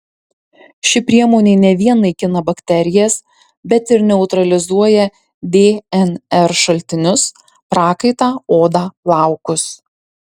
ši priemonė ne vien naikina bakterijas bet ir neutralizuoja dnr šaltinius prakaitą odą plaukus